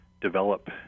develop